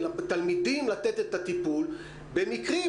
לתת את הטיפול לתלמידים,